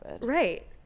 right